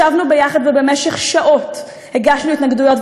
ישבנו יחד ובמשך שעות הגשנו התנגדויות.